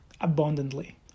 abundantly